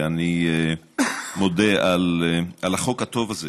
ואני מודה על החוק הטוב הזה.